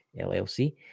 LLC